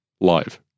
live